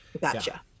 gotcha